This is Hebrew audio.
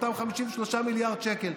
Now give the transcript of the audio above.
אותם 53 מיליארד שקלים.